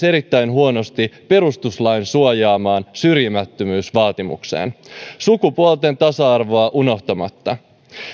erittäin huonosti perustuslain suojaamaan syrjimättömyysvaatimukseen sukupuolten tasa arvoa unohtamatta